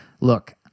Look